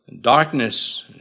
darkness